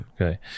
Okay